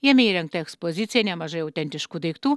jame įrengta ekspozicija nemažai autentiškų daiktų